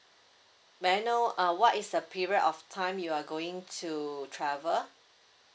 may I know uh what is the period of time you are going to travel